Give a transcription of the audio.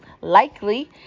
likely